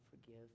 forgive